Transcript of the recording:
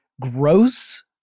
gross